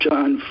John